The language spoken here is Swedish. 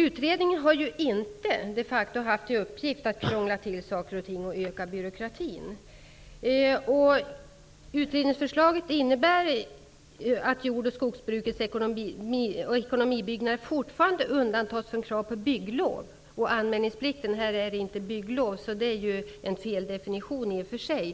Utredningen har de facto inte i uppgift att krångla till saker och ting och öka byråkratin. Utredningsförslaget innebär att jord och skogsbrukets ekonomibyggnader fortfarande undantas från kravet på bygglov. Den föreslagna anmälningsplikten är inte ett bygglov. Det är en feldefinition. Det är fråga om